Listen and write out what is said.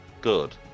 good